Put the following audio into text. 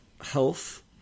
health